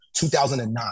2009